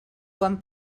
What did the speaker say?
quan